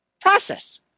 process